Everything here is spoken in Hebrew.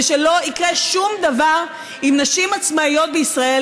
ושלא יקרה שום דבר אם נשים עצמאיות בישראל